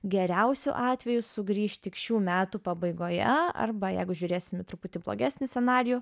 geriausiu atveju sugrįš tik šių metų pabaigoje arba jeigu žiūrėsim truputį blogesnį scenarijų